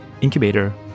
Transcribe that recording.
incubator